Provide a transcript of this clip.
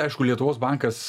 aišku lietuvos bankas